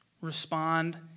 respond